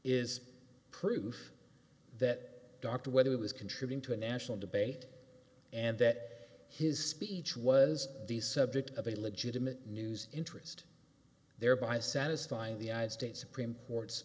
is proof that dr whether it was contributing to a national debate and that his speech was the subject of a legitimate news interest thereby satisfying the united states supreme court